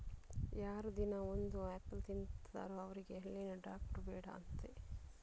ಯಾರು ದಿನಾ ಒಂದು ಆಪಲ್ ತಿಂತಾರೋ ಅವ್ರಿಗೆ ಹಲ್ಲಿನ ಡಾಕ್ಟ್ರು ಬೇಡ ಅಂತೆ